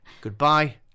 Goodbye